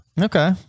Okay